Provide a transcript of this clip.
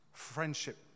friendship